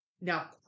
Now